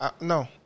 No